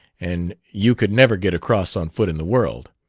and you could never get across on foot in the world.